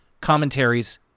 commentaries